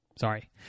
Sorry